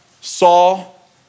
Saul